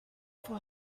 for